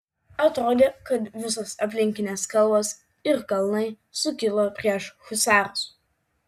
atrodė kad visos aplinkinės kalvos ir kalnai sukilo prieš husarus